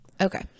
Okay